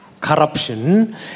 corruption